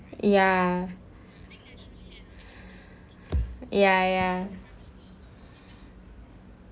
ya ya ya